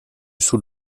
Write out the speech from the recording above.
sous